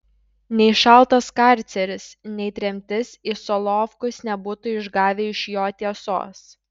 nei šaltas karceris nei tremtis į solovkus nebūtų išgavę iš jo tiesos